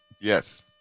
Yes